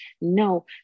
No